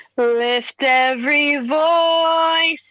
lift every voice